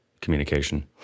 communication